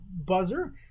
buzzer